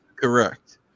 Correct